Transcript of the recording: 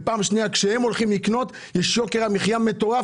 ופעם שנייה כשהם הולכים לקנות יש יוקר מחיה מטורף,